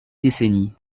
décennies